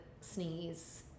sneeze